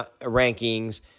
rankings